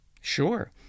sure